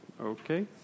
Okay